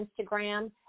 Instagram